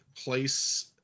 place